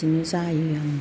बिदिनो जायो आरो